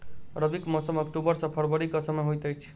रबीक मौसम अक्टूबर सँ फरबरी क समय होइत अछि